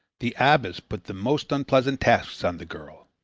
the abbess put the most unpleasant tasks on the girl.